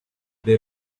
their